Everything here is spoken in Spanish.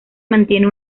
mantiene